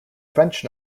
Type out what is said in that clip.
french